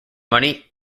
money